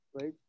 right